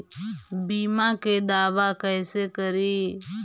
बीमा के दावा कैसे करी?